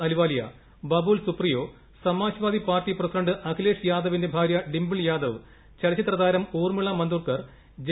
Ahluwalia Babul Supriyo Samajwad party president Akhilesh യാദവിന്റെ ഭാര്യ ഡിമ്പിൾ യാദവ് ചലച്ചിത്രതാരം ഊർമ്മിള മതോങ്കർ ജെ